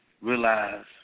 realize